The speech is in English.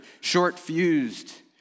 short-fused